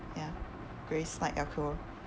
ya very slight echo